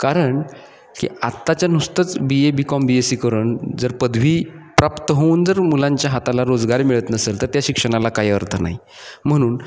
कारण की आत्ताच्या नुसतंच B A B com B S C करून जर पदवी प्राप्त होऊन जर मुलांच्या हाताला रोजगार मिळत नसेल तर त्या शिक्षणाला काही अर्थ नाही म्हणून